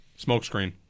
Smokescreen